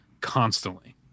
constantly